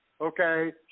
Okay